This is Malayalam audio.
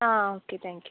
ആ ഓക്കെ താങ്ക് യൂ